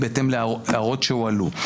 בהתאם להערות שהועלו.